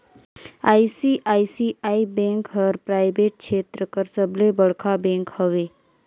ICICI bank हर private छेत्र कर सबले बड़खा बेंक हवे